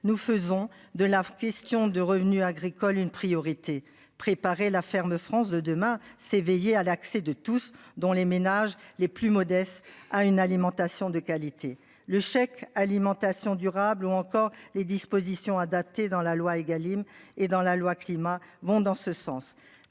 nous faisons de la question de revenus agricoles, une priorité. Préparer la ferme France de demain, c'est veiller à l'accès de tous, dont les ménages les plus modestes à une alimentation de qualité. Le chèque alimentation durable ou encore les dispositions adaptées dans la loi Egalim et dans la loi climat vont dans ce sens.